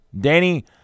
Danny